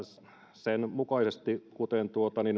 sen mukaisesti kuten